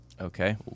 Okay